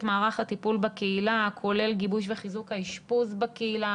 מערך הטיפול בקהילה הכולל גיבוש וחיזוק האשפוז בקהילה.